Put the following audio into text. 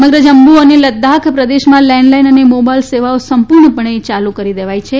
સમગ્ર જમ્મુ અને લદાખ પ્રદેશમાં લેન્ડલાઇન અને મોબાઇલ સેવાઓ સંપૂણપણે યાલુ કરી દેવાઇ છે